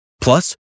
Plus